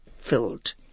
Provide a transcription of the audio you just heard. filled